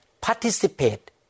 participate